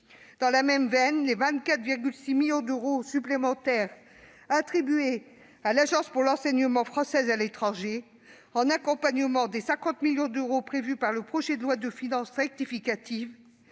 Dans la même veine, les 24,6 millions d'euros supplémentaires attribués à l'Agence pour l'enseignement français à l'étranger, l'AEFE, en accompagnement des 50 millions d'euros prévus par le projet de loi de finances rectificative